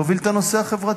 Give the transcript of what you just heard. להוביל את הנושא החברתי.